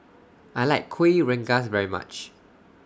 I like Kuih Rengas very much